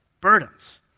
burdens